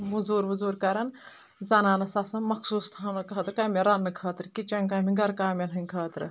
موٚزوٗر ووٚزوٗر کَران زنان ٲس آسان مخصوٗص تھاونہٕ خٲطرٕ کمہِ رننہٕ خٲطرٕ کِچن کامہِ گٔر کامٮ۪ن ہٕنٛدَِ خٲطرٕ